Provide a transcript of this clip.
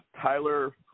Tyler